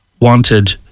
wanted